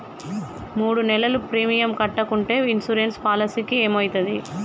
మూడు నెలలు ప్రీమియం కట్టకుంటే ఇన్సూరెన్స్ పాలసీకి ఏమైతది?